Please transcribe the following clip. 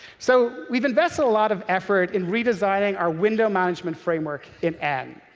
so we've invested a lot of effort in redesigning our window management framework in n.